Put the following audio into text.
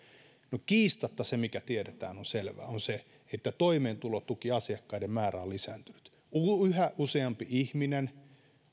no kiistatta se mikä tiedetään ja on selvää on se että toimeentulotukiasiakkaiden määrä on lisääntynyt yhä useampi ihminen